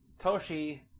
Toshi